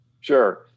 Sure